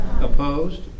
Opposed